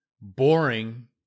boring